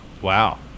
Wow